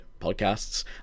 podcasts